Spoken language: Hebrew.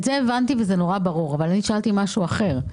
את זה הבנתי, וזה מאוד ברור, אבל שאלתי משהו אחר.